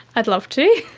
i'd love to.